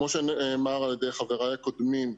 כמו שנאמר על ידי חבריי קודם לכן,